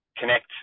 Connect